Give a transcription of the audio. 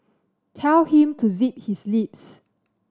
tell him to zip his lips